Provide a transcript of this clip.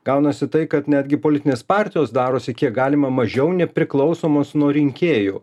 gaunasi tai kad netgi politinės partijos darosi kiek galima mažiau nepriklausomos nuo rinkėjų